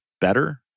better